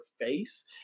face